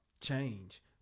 change